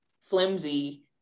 flimsy